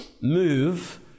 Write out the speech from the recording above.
move